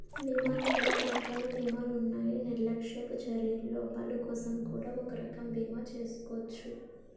బీమాలో అనేక రకాల బీమాలున్నాయి నిర్లక్ష్యపు చర్యల లోపాలకోసం కూడా ఒక రకం బీమా చేసుకోచ్చు